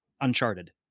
Uncharted